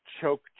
choke